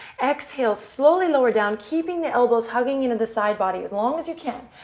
exhale. slowly lower down, keeping the elbows hugging into the side body as long as you can.